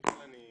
מיכל,